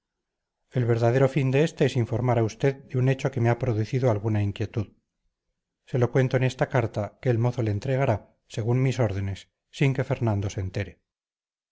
el verdadero fin de este es informar a usted de un hecho que me ha producido alguna inquietud se lo cuento en esta carta que el mozo le entregará según mis órdenes sin que fernando se entere